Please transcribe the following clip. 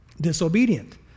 disobedient